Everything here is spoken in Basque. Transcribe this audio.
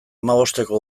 hamabosteko